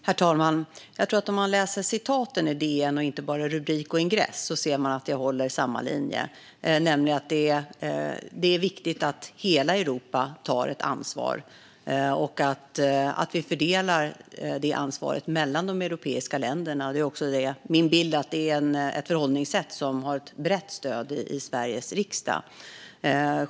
Herr talman! Läser man citaten i DN och inte bara rubrik och ingress ser man att jag håller samma linje. Det är viktigt att hela Europa tar ett ansvar och att vi fördelar detta ansvar mellan Europas länder. Min bild är att detta förhållningssätt har brett stöd i Sveriges riksdag.